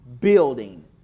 building